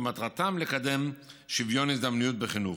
ומטרתם לקדם שוויון הזדמנויות בחינוך: